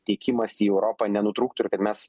tiekimas į europą nenutrūktų ir kad mes